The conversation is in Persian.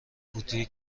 فوتی